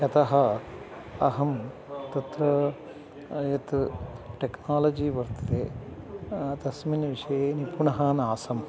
यतः अहं तत्र यत् टेक्नालजि वर्तते तस्मिन् विषये निपुणः नासम्